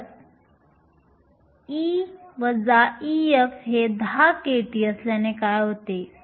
जर E Ef हे 10 kT असल्याने काय होते